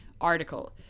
article